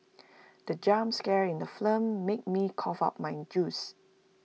the jump scare in the film made me cough out my juice